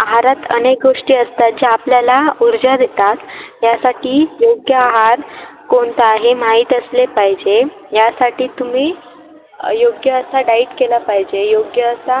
आहारात अनेक गोष्टी असतात ज्या आपल्याला ऊर्जा देतात यासाठी योग्य आहार कोणता हे माहीत असले पाहिजे यासाठी तुम्ही योग्य असा डाईट केला पाहिजे योग्य असा